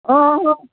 ꯑꯣ ꯍꯣꯏ